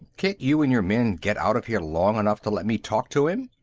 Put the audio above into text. can't you and your men get out of here long enough to let me talk to him?